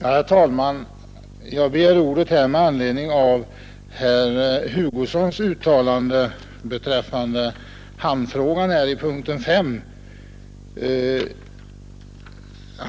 Herr talman! Jag begärde ordet med anledning av herr Hugossons uttalande beträffande Göteborgs hamn.